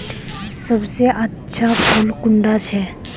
सबसे अच्छा फुल कुंडा छै?